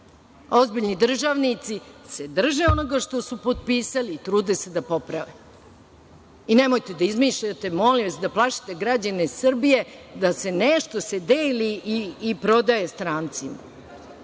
Ozbiljni državnici se drže onoga što su potpisali i trude se da poprave. Nemojte da izmišljate, molim vas, da plašite građane Srbije da se nešto deli i prodaje strancima.